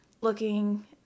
looking